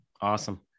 Awesome